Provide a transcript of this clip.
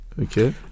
okay